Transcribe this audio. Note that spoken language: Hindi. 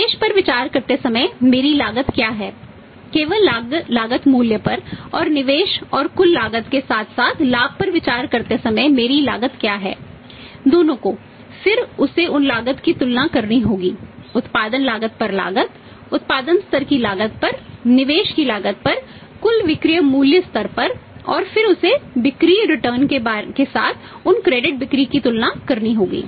निवेश पर विचार करते समय मेरी लागत क्या है केवल लागत मूल्य पर और निवेश और कुल लागत के साथ साथ लाभ पर विचार करते समय मेरी लागत क्या है दोनों को फिर उसे उन लागतों की तुलना करनी होगी उत्पादन लाfगत पर लागत उत्पादन स्तर की लागत पर निवेश की लागत पर कुल विक्रय मूल्य स्तर पर और फिर उसे बिक्री रिटर्न बिक्री पर तुलना करनी होगी